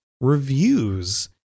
reviews